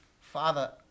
Father